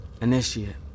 Initiate